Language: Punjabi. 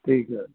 ਠੀਕ ਹੈ